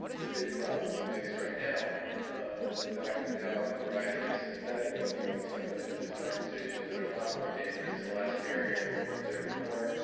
the big problem we face right now is the fact that we now have a variety of synthetic opioids coming into this conversation that are a lot more dangerous and a lot scarier than what was there before.